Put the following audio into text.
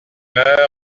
meurt